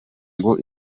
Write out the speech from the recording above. ngo